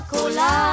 Cola